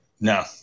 No